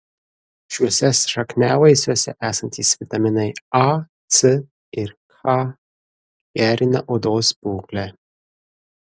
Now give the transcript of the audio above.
šiuose šakniavaisiuose esantys vitaminai a c ir k gerina odos būklę